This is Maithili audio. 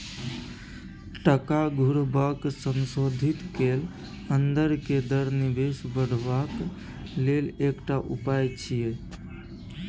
टका घुरेबाक संशोधित कैल अंदर के दर निवेश बढ़ेबाक लेल एकटा उपाय छिएय